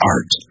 Art